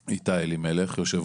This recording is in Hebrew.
אני חושב